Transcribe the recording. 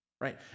right